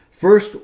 First